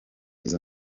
izo